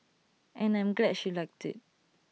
and I'm glad she liked IT